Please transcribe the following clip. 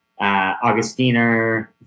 Augustiner